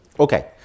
Okay